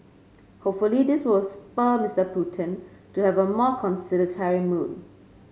hopefully this will spur Mister Putin to have a more conciliatory mood